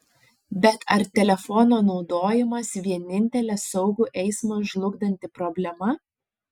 bet ar telefono naudojimas vienintelė saugų eismą žlugdanti problema